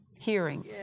Hearing